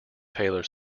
taylor